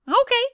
Okay